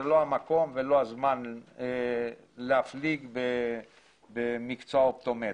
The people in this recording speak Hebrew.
זה לא המקום ולא הזמן להפליג במקצוע האופטומטריה.